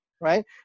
Right